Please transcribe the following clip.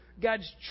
God's